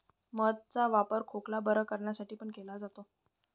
मध चा वापर खोकला बरं करण्यासाठी पण केला जातो